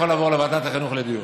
זה יכול לעבור לוועדת החינוך לדיון.